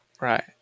Right